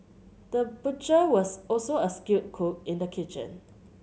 the butcher was also a skilled cook in the kitchen